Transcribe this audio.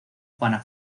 juana